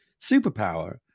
superpower